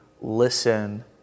listen